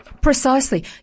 Precisely